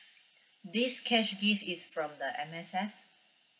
this cash gift is from the M_S_F